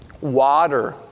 water